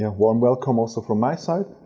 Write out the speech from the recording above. and warm welcome also from my side.